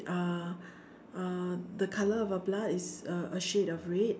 are uh the colour of our blood is a a shade of red